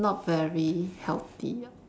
not very healthy ah